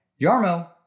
Yarmo